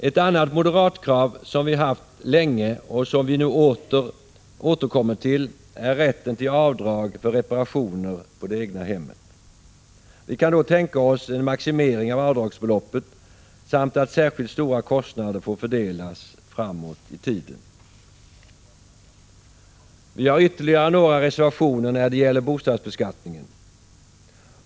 Ett annat moderatkrav som vi haft länge och som vi nu återkommer till är rätten till avdrag för reparationer på det egna hemmet. Vi kan då tänka oss en maximering av avdragsbeloppet samt att särskilt stora kostnader får fördelas framåt i tiden. Vi har ytterligare några reservationer när det gäller bostadsbeskattningen.